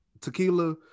tequila